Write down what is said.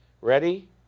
ready